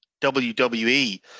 WWE